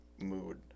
mood